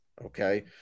okay